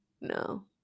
No